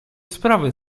sprawy